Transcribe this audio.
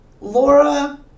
Laura